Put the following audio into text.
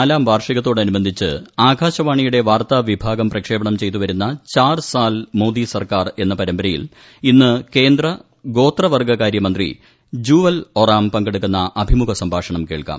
നാലാം കേന്ദ്രത്തിൽ വാർഷികത്തോടനുബന്ധിച്ച് ആകാശൃപ്പാണിയുടെ വാർത്താ വിഭാഗം പ്രക്ഷേപണം ചെയ്തുവരുന്ന ച്ചൂർ സാൽ മോദി സർക്കാർ എന്ന പരമ്പരയിൽ ഇന്ന് കേന്ദ്ര ഗ്ഗൌത്രവർഗ്ഗകാര്യ മന്ത്രി ജൂവൽ ഒറാം പങ്കെടുക്കുന്ന അഭിമുഖ ്ര സംഭാഷണം കേൾക്കാം